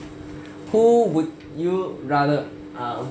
who would you rather